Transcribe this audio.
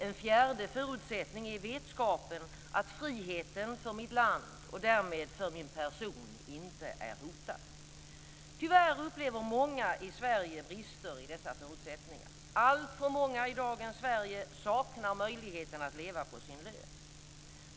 En fjärde förutsättning är vetskapen om att friheten för mitt land och därmed för min person inte är hotad. Tyvärr upplever många i Sverige brister i dessa förutsättningar. Alltför många i dagens Sverige saknar möjligheten att leva på sin lön.